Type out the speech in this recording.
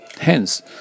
Hence